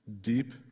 deep